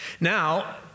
Now